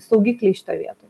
saugikliai šitoj vietoj